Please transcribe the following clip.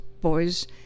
boys